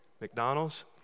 McDonald's